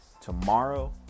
tomorrow